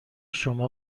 شما